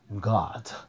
God